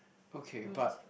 okay but